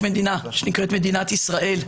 יש מדינה שנקראת מדינת ישראל,